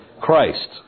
Christ